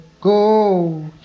go